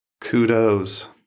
Kudos